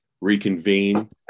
reconvene